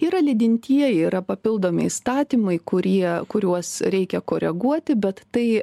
yra lydintieji yra papildomi įstatymai kurie kuriuos reikia koreguoti bet tai